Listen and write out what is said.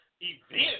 event